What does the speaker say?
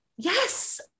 Yes